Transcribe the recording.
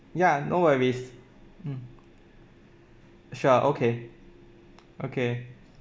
ya no worries mm sure okay okay